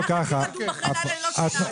היה חצי רדום אחרי לילה ללא שינה.